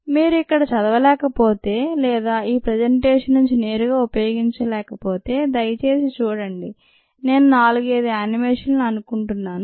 If మీరు ఇక్కడ చదవలేకపోతే లేదా ఈ ప్రజంటేషన్ నుండి నేరుగా ఉపయోగించలేకపోతే దయచేసి చూడండి నేను 4 5 యానిమేషన్లు అనుకుంటున్నాను